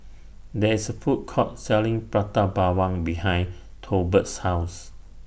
There IS A Food Court Selling Prata Bawang behind Tolbert's House